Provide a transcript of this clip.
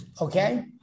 Okay